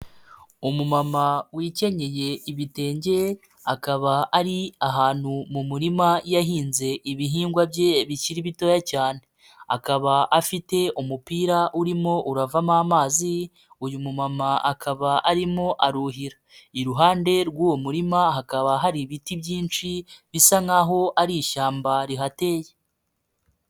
Umumama wikenyeye igitenge akaba ari ahantu mu murima yahinze ibihingwa bye bikiri bitoya cyane akaba afite umupira urimo uravamo amazi uyu mumama akaba arimo aruhira, iruhande rw'uwo murima hakaba hari ibiti byinshi bisa nk'aho ari ishyamba rihateye.